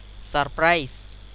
surprise